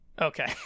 okay